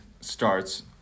starts